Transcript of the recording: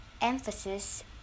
Emphasis